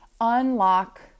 unlock